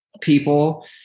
people